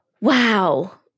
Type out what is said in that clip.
Wow